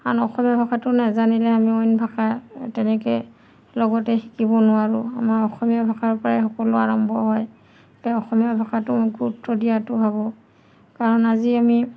কাৰণ অসমীয়া ভাষাটো নাজানিলে আমি অইন ভাষা তেনেকৈ লগতে শিকিব নোৱাৰোঁ আমাৰ অসমীয়া ভাষাৰ পৰাই সকলো আৰম্ভ হয় তে অসমীয়া ভাষাটো গুৰুত্ব দিয়াটো ভাবোঁ কাৰণ আজি আমি